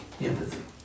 empathy